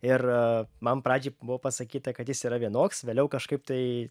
ir man pradžioj buvo pasakyta kad jis yra vienoks vėliau kažkaip tai